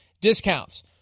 discounts